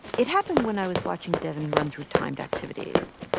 it happened when i was watching devyn run through timed activities.